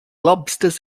lobsters